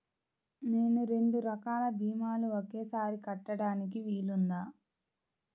నేను రెండు రకాల భీమాలు ఒకేసారి కట్టడానికి వీలుందా?